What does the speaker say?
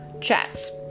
Chats